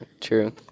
True